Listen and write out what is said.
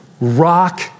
rock